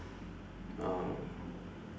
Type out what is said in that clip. uh